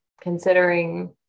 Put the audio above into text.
considering